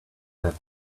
left